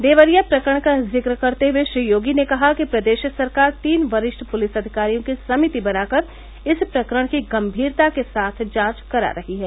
देवरिया प्रकरण का जिक्र करते हए श्री योगी ने कहा कि प्रदेश सरकार तीन वरिष्ठ पूलिस अधिकारियों की समिति बनाकर इस प्रकरण की गंभीरता के साथ जांच करा रही है